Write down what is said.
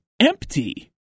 empty